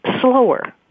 slower